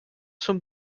zum